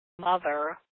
mother